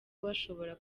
bashobora